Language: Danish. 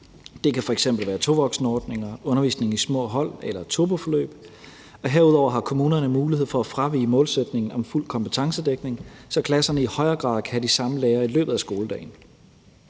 Det kan f.eks. være tovoksenordninger, undervisning i små hold eller turboforløb. Herudover har kommunerne mulighed for at fravige målsætningen om fuld kompetencedækning, så klasserne i højere grad kan have de samme lærere i løbet af skoledagen.